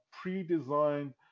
pre-designed